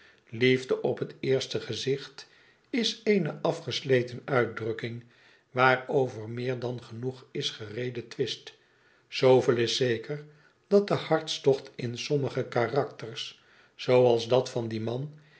liefde op het eerste gezicht is eene afgesleten uitdrukking waarover meer dan genoeg is geredetwist zooveel is zeker dat de hartstocht in sommige karakters zooals dat van dien man